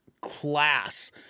class